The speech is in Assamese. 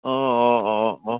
অঁ অঁ অঁ